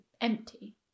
empty